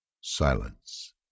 Silence